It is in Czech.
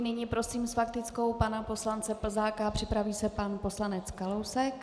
Nyní prosím s faktickou pana poslance Plzáka a připraví se pan poslanec Kalousek.